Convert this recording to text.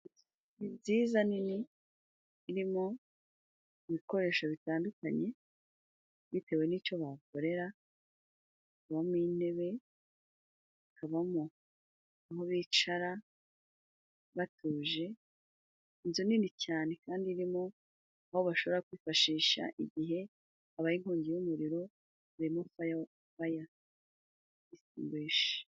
Ni byiza nini, irimo ibikoresho bitandukanye bitewe n'icyo bakorera harimo n'intebe, habamo aho bicara batuje. Inzu nini cyane kandi irimo aho bashobora kwifashisha igihe abayi inkongi y'umuriro barimo faya faya egisitingwisha.